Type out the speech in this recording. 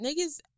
niggas